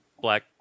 black